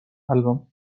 album